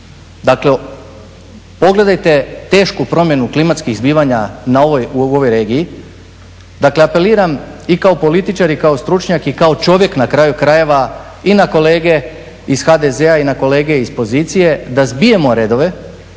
Dakle, pogledajte tešku promjenu klimatskih zbivanja u ovoj regiji, dakle apeliram i kao političar i kao stručnjak i kao čovjek, na kraju krajeva, i na kolege iz HDZ-a i na kolege iz pozicije da zbijemo redove